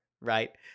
right